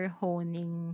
honing